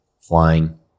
flying